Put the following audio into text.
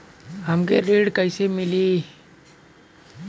हमके ऋण कईसे मिली?